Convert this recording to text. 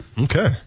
Okay